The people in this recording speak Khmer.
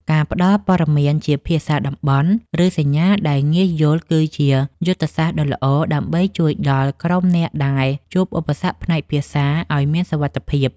ការផ្តល់ព័ត៌មានជាភាសាតំបន់ ឬសញ្ញាដែលងាយយល់គឺជាយុទ្ធសាស្ត្រដ៏ល្អ ដើម្បីជួយដល់ក្រុមអ្នកដែលជួបឧបសគ្គផ្នែកភាសាឱ្យមានសុវត្ថិភាព។